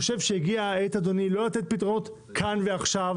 הגיעה העת לא לתת פתרונות כאן ועכשיו,